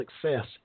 success